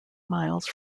miles